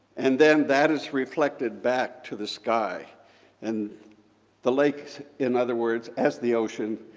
and then that is reflected back to the sky and the lakes, in other words, as the ocean,